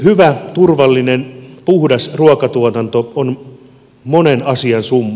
hyvä turvallinen puhdas ruokatuotanto on monen asian summa